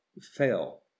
fail